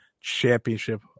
Championship